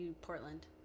Portland